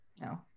no